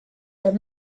est